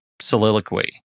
soliloquy